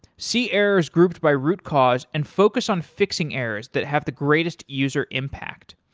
see errors group by root cause and focus on fixing errors that have the greatest user impact.